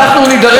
תודה רבה.